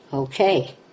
Okay